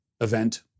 event